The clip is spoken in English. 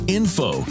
info